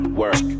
work